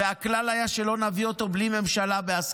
והכלל היה שלא נביא אותו בלי הסכמה בממשלה.